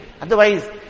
Otherwise